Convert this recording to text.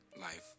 life